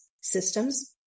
systems